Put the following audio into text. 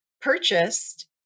purchased